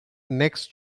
next